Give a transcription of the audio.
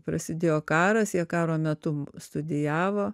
prasidėjo karas jie karo metu studijavo